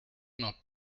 not